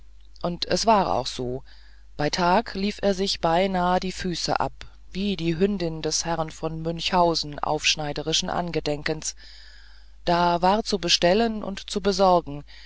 und es war auch so bei tag lief er sich beinahe die füße ab wie die hündin des herrn von münchhausen aufschneiderischen angedenkens da war zu bestellen und zu besorgen